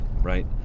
right